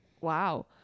Wow